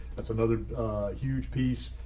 that's another huge piece.